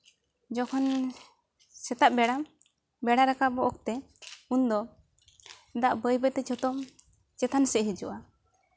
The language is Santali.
ᱡᱚᱠᱷᱚᱱ ᱥᱮᱛᱟᱜ ᱵᱮᱲᱟ ᱵᱮᱲᱟᱭ ᱨᱟᱠᱟᱵᱚᱜ ᱚᱠᱛᱮ ᱩᱱ ᱫᱚ ᱫᱟᱜ ᱵᱟᱹᱭ ᱵᱟᱹᱭ ᱛᱮ ᱡᱷᱚᱛᱚ ᱪᱮᱛᱟᱱ ᱥᱮᱜ ᱦᱤᱡᱩᱜᱼᱟ